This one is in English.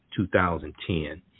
2010